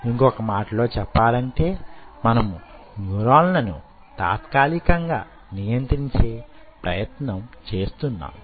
ఇంకొక మాటలో చెప్పాలంటే మనము న్యూరాన్లను తాత్కాలికంగా నియంత్రించే ప్రయత్నం చేస్తున్నాము